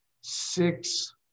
six